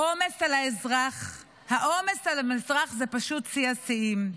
העומס על האזרח הוא פשוט שיא-השיאים.